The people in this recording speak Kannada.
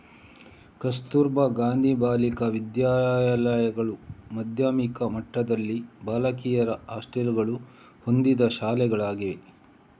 ಕಸ್ತೂರಬಾ ಗಾಂಧಿ ಬಾಲಿಕಾ ವಿದ್ಯಾಲಯಗಳು ಮಾಧ್ಯಮಿಕ ಮಟ್ಟದಲ್ಲಿ ಬಾಲಕಿಯರ ಹಾಸ್ಟೆಲುಗಳನ್ನು ಹೊಂದಿದ ಶಾಲೆಗಳಾಗಿವೆ